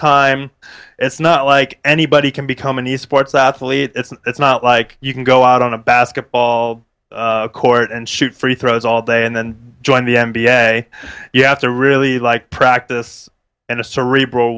time it's not like anybody can become an e sports athletes it's not like you can go out on a basketball court and shoot free throws all day and then join the m b a you have to really like practice and a cerebral